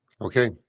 Okay